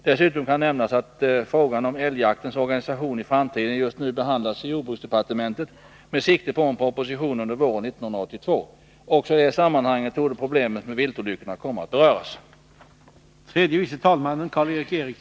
Dessutom kan nämnas att frågan om älgjaktens organisation i framtiden just nu behandlas i jordbruksdepartementet med sikte på en proposition under våren 1982. Också i det sammanhanget torde problemet med viltolyckorna komma att beröras.